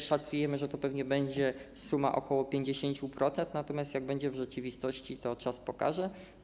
Szacujemy, że to pewnie będzie suma ok. 50%, natomiast jak będzie w rzeczywistości, to czas pokaże.